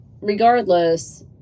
regardless